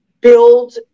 build